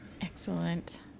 Excellent